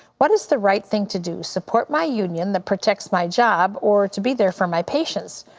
what is the right thing to do? support my union that protects my job or to be there for my patients?